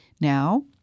Now